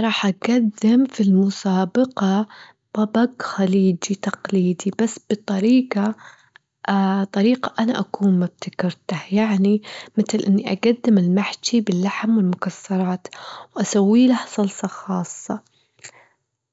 راح أجدم في المسابقة طبق خليجي تقليدي بس بطريقة- طريقة أنا أكون مبتكرتها، يعني متل إني أجدم المحشي باللحم والمكسرات، وأسوي له صلصة خاصة،